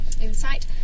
insight